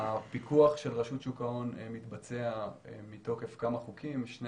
הפיקוח של רשות שוק ההון מתבצע מתוקף כמה חוקים: שני